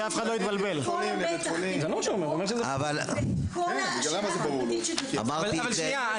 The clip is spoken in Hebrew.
כל המתח ואת כל השאלה החברתית ש --- אבל שנייה,